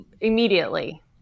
immediately